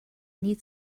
need